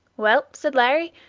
well, said larry,